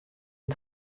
est